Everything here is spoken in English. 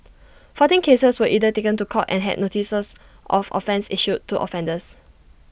fourteen cases were either taken to court and had notices of offence issued to offenders